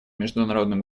международным